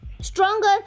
stronger